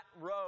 road